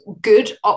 good